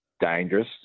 dangerous